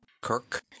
Kirk